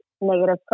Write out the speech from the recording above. negative